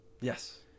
Yes